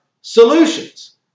solutions